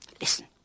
Listen